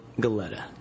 Galetta